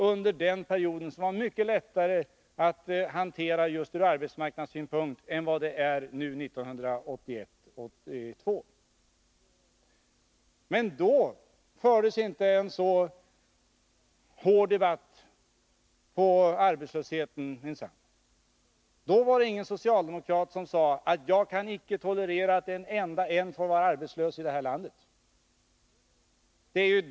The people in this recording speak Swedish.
Under den perioden, som var mycket lättare att hantera från arbetsmarknadssynpunkt än vad fallet är med nuläget 1981-1982, fördes minsann inte en så hård debatt om arbetslösheten. Då var det ingen socialdemokrat som sade sig inte kunna tolerera att en enda människa var arbetslös i det här landet.